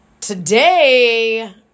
Today